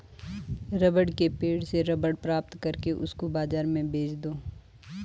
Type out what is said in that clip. rubber के पेड़ से रबर प्राप्त करके उसको बाजार में बेच दो